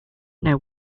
know